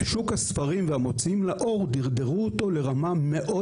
שוק הספרים והמוציאים לאור דרדרו אותו לרמה מאוד